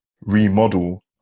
remodel